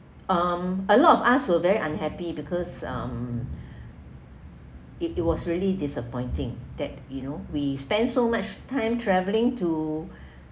um a lot of us were very unhappy because um it it was really disappointing that you know we spent so much time travelling to